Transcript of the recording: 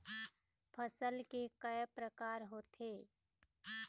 फसल के कय प्रकार होथे?